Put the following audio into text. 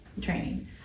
training